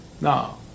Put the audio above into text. Now